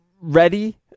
ready